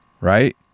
right